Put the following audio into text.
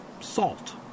salt